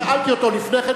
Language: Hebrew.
שאלתי אותו לפני כן,